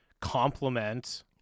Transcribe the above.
complement